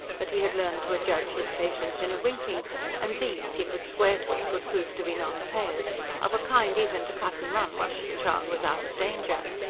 but he had learned to adjudge his patients in a winking and these, he could swear to it, would prove to be non-payers of a kind even to cut and run, once the child was out of danger.